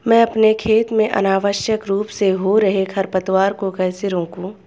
मैं अपने खेत में अनावश्यक रूप से हो रहे खरपतवार को कैसे रोकूं?